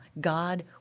God